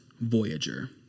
Voyager